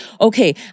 okay